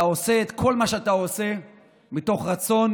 אתה עושה את כל מה שאתה עושה מתוך רצון